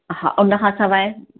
हा उनखा सवाइ